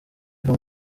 iva